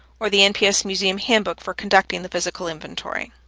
or the nps museum handbook for conducting the physical inventory.